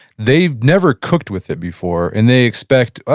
they've never cooked with it before, and they expect, oh,